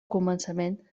començament